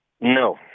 No